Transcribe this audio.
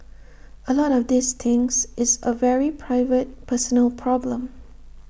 A lot of these things it's A very private personal problem